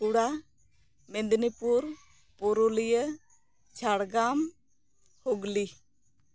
Bankura Medinipur Purulia Jhargram Hooghly